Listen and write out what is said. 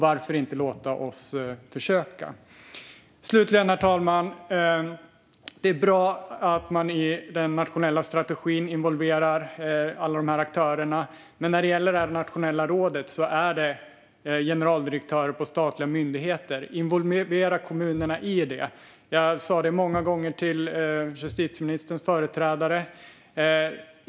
Varför inte försöka? Slutligen, herr talman, är det bra att man i den nationella strategin involverar alla dessa aktörer. Men när det gäller det nationella rådet handlar det om generaldirektörer vid statliga myndigheter. Involvera kommunerna i detta! Jag sa det många gånger till justitieministerns företrädare.